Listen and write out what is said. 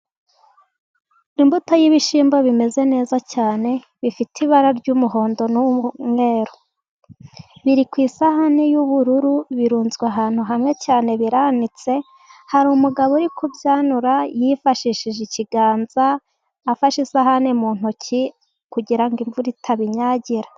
Imbuto y' ibishyimbo bimeze neza cyane, bifite ibara ry' umuhondo n' umweru, biri ku isahani y' ubururu birunzwe ahantu hamwe cyane, biranitse hari umugabo uri kubyanura yifashishije ikiganza afashe isahani, mu ntoki kugira ngo imvura itabinyagira.